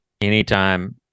anytime